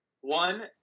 one